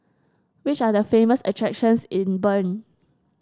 which are the famous attractions in Bern